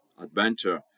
adventure